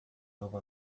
novo